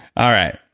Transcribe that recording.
all right,